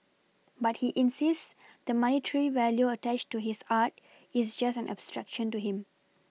but he insists the monetary value attached to his art is just an abstraction to him